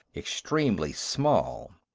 extremely small.